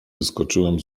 wyskoczyłem